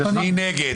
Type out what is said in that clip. מי נגד?